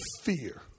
fear